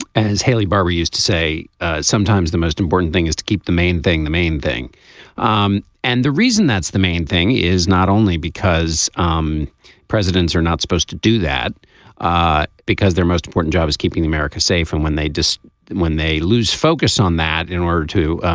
as haley barbour used to say ah sometimes the most important thing is to keep the main thing the main thing um and the reason that's the main thing is not only because um presidents are not supposed to do that ah because their most important job is keeping america safe from when they do when they lose focus on that in order to.